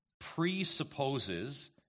presupposes